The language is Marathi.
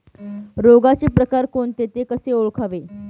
रोगाचे प्रकार कोणते? ते कसे ओळखावे?